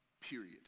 period